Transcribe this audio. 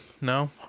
No